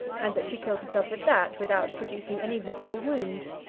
and that she killed herself with that, without producing any visible wound.